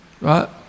right